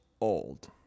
old